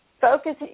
Focus